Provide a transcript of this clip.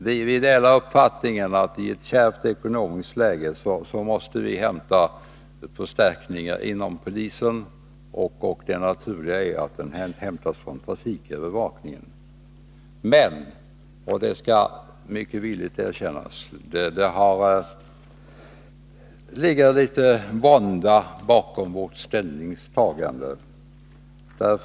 Vi delar uppfattningen att vi i ett kärvt ekonomiskt läge måste hämta förstärkningarna inom polisväsendet, och det naturliga är då att de hämtas från trafikövervakningen. Men — och det skall mycket villigt erkännas — det ligger vånda bakom vårt ställningstagande.